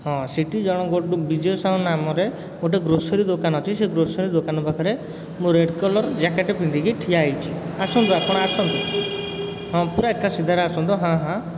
ହଁ ସେଇଠି ଜଣେ ବିଜୟ ସାହୁ ନାମରେ ଗୋଟେ ଗ୍ରୋସୋରୀ ଦୋକାନ ଅଛି ସେ ଗ୍ରୋସୋରୀ ଦୋକାନ ପାଖରେ ମୁଁ ରେଡ଼୍ କଲର୍ ଜ୍ୟାକେଟ୍ ପିନ୍ଧିକି ଠିଆ ହେଇଛି ଆସନ୍ତୁ ଆପଣ ଆସନ୍ତୁ ହଁ ପୂରା ଏକା ସିଧାରେ ଆସନ୍ତୁ ହଁ ହଁ